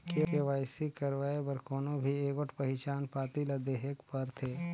KYC करवाए बर कोनो भी एगोट पहिचान पाती ल देहेक परथे